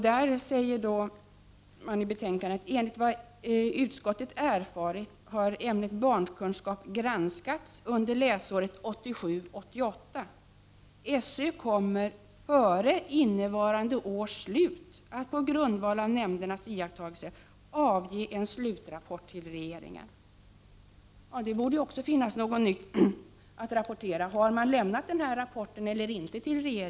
Där säger utskottet: ”Enligt vad utskottet erfarit har ämnet barnkunskap granskats under läsåret 1987/88. SÖ kommer före innevarande års slut att på grundval av nämndernas iakttagelser avge en slutrapport till regeringen.” På den punkten borde det också finnas en del nytt att rapportera. Har man lämnat den rapporten till regeringen eller inte?